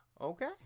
Okay